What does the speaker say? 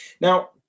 Now